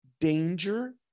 danger